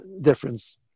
difference